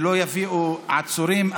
שלא יביאו עצורים,